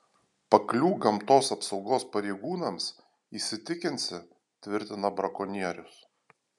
pakliūk gamtos apsaugos pareigūnams įsitikinsi tvirtina brakonierius